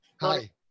Hi